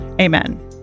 Amen